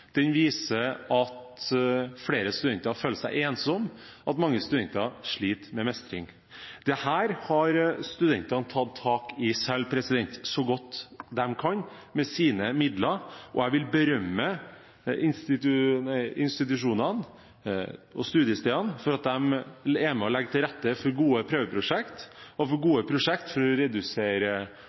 Den viser at flere studenter føler seg ensomme, og at mange studenter sliter med mestring. Dette har studentene selv tatt tak i så godt de kan med sine midler, og jeg vil berømme institusjonene og studiestedene for at de er med og legger til rette for gode prøveprosjekter og for gode prosjekter for å redusere